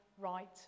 right